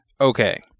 Okay